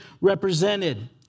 represented